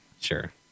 Sure